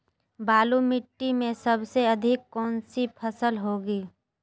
बालू मिट्टी में सबसे अधिक कौन सी फसल होगी?